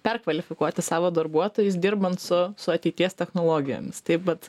perkvalifikuoti savo darbuotojus dirbant su su ateities technologijomis tai vat